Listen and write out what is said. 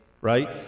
Right